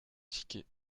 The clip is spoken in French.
tickets